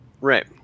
Right